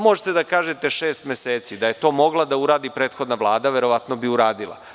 Možete da kažete šest meseci, da je to mogla da uradi prethodna Vlada, verovatno bi uradila.